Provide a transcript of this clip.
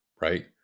right